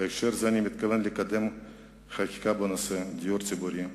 בהקשר זה אני מתכוון לקדם חקיקה בנושאים: דיור ציבורי,